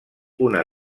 una